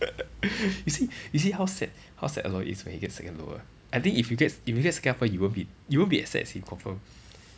you see you see how sad how sad aloy is when he get second lower I think if you get if you get second upper you won't be you won't be as sad as him confirm